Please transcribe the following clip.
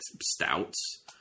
stouts